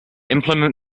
implement